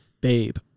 Babe